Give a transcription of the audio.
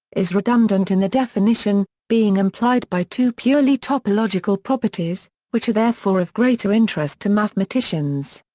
is redundant in the definition, being implied by two purely topological properties, which are therefore of greater interest to mathematicians.